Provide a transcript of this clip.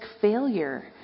failure